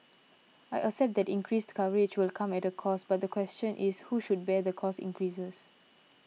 I accept that increased coverage will come at a cost but the question is who should bear the cost increases